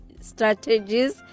strategies